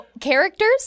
characters